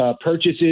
purchases